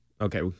Okay